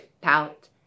pout